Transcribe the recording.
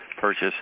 purchase